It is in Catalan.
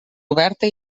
oberta